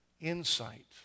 insight